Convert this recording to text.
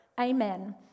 Amen